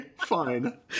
fine